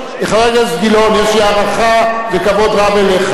ישראל הערבים ומאנשים בשטחים שקשורים